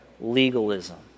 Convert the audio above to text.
legalism